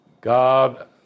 God